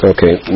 Okay